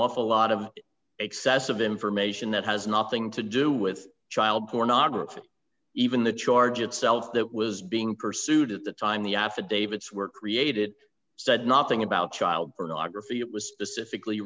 awful lot of excessive information that has nothing to do with child pornography even the charge itself that was being pursued at the time the affidavits were created said nothing about child pornography it was specific